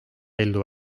ellu